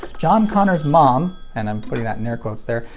john connor's mom, and i'm putting that in air quotes there,